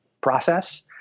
process